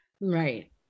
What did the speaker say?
Right